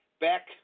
Back